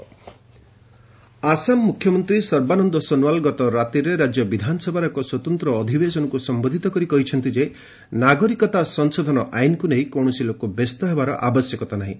Assam CM CAA Assam ମୁଖ୍ୟମନ୍ତ୍ରୀ ସର୍ବାନନ୍ଦ ସୋନୱାଲ ଗତ ରାତିରେ ରାଜ୍ୟ ବିଧାନସଭାର ଏକ ସ୍ୱତନ୍ତ୍ର ଅଧିବେଶନକୁ ସମ୍ଘୋଧିତ କରି କହିଚ୍ଚନ୍ତି ଯେ ନାଗରିକତା ସଂଶୋଧନ ଆଇନ୍କୁ ନେଇ କୌଣସି ଲୋକ ବ୍ୟସ୍ତ ହେବାର ଆବଶ୍ୟକତା ନାହିଁ